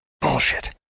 Bullshit